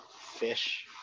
fish